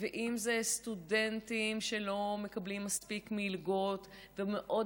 אם אלה סטודנטים שלא מקבלים מספיק מלגות ומאוד